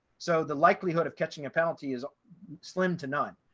so the likelihood of catching a penalty is slim to none.